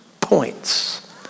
points